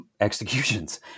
Executions